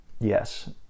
Yes